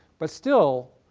but still,